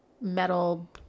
metal